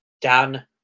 Dan